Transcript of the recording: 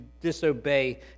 disobey